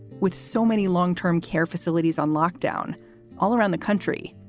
with so many long term care facilities on lockdown all around the country,